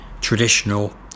traditional